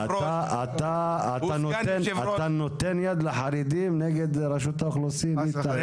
אתה נותן יד לחרדים נגד רשות האוכלוסין, איתן.